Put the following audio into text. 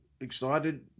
excited